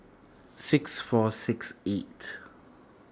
six four six eight